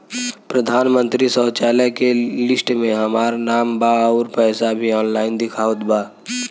प्रधानमंत्री शौचालय के लिस्ट में हमार नाम बा अउर पैसा भी ऑनलाइन दिखावत बा